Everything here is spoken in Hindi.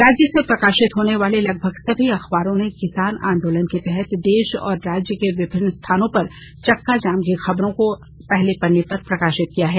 राज्य से प्रकाशित होने वाले लगभग सभी अखबारों ने किसान आंदोलन के तहत देश और राज्य के विभिन्न स्थानों पर चक्का जाम की खबरों को पहले पन्ने पर प्रकाशित किया है